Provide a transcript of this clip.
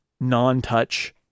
non-touch